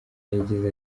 yagize